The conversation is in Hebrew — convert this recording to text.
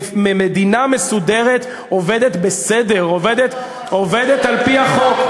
מדינה מסודרת עובדת בסדר, עובדת על-פי החוק.